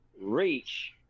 reach